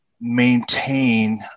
maintain